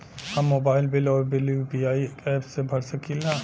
हम mobile bill और bill UPI app से भर सकिला